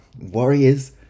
Warriors